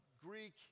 Greek